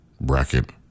bracket